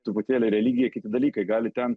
truputėlį religija kiti dalykai gali ten